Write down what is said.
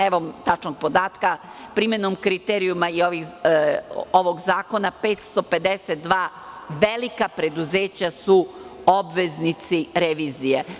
Evo tačnog podatka, primenom kriterijuma iz ovog zakona 552 velika preduzeća su obveznici revizije.